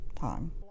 time